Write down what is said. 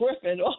Griffin